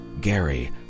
Gary